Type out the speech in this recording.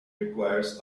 requires